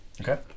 Okay